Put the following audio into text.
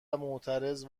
معترض